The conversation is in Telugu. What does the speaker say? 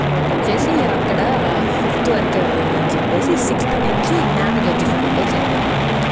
తర్వాత వచ్చేసి అక్కడ ఫిఫ్త్ వరకే ఉనిందని చెప్పేసి సిక్స్త్ నుంచి జ్ఞానజ్యోతి స్కూల్లో చదివామనమాట